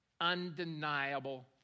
undeniable